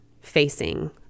facing